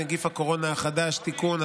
נגיף הקורונה החדש) (תיקון),